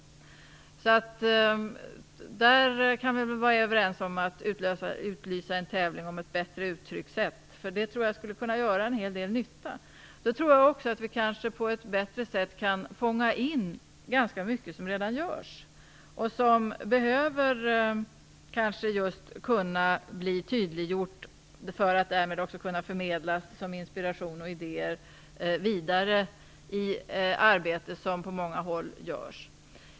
Så visst kan vi vara överens om att utlysa en tävling om ett bättre uttryckssätt. Jag tror att det skulle kunna göra en hel del nytta. Jag tror också att vi då bättre skulle kunna fånga in ganska mycket som redan görs och som kanske behöver bli tydliggjort för att kunna förmedlas vidare som inspiration och idéer i det arbete som görs på andra håll.